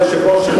אדוני היושב-ראש,